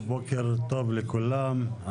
בוקר טוב לכולם.